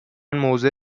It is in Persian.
موضع